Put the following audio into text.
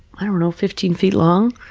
i don't know, fifteen feet long.